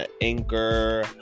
Anchor